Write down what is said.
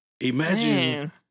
Imagine